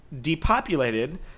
depopulated